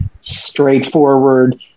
straightforward